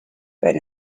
but